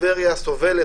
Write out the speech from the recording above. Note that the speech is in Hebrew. טבריה סובלת,